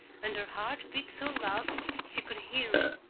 and her heart beat so loud she could hear it.